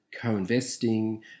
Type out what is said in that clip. co-investing